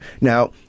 Now